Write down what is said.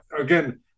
again